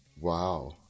Wow